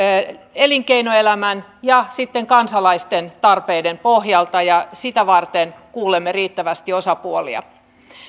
elinkeinoelämän ja sitten kansalaisten tarpeiden pohjalta ja sitä varten kuulemme riittävästi osapuolia